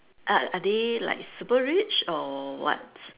are are they like super rich or what